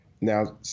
Now